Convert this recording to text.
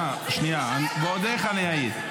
ועוד איך אני אעיר.